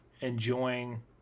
enjoying